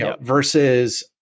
versus